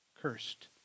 Cursed